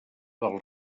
del